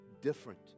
different